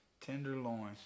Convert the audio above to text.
tenderloin